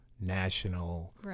national